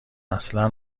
اصلا